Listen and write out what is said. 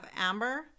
amber